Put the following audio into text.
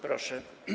Proszę.